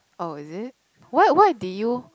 oh is it what what did you